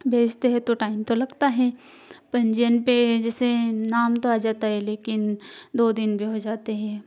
भेजते है तो टाइम तो लगता हैं पंजीयन पर जैसे नाम तो आ जाता है लेकिन दो दिन भी हो जाते हैं